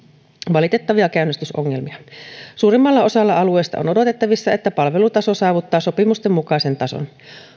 valitettavia käynnistysongelmia suurimmalla osalla alueista on odotettavissa että palvelutaso saavuttaa sopimusten mukaisen tason